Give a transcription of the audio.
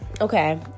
Okay